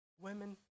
women